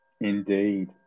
Indeed